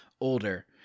older